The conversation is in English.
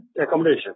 accommodation